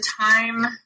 time